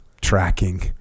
tracking